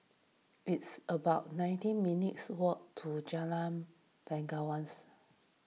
it's about nineteen minutes' walk to Jalan Bangsawan